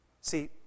See